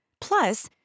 Plus